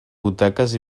butaques